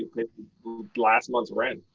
last month's rent.